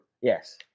Yes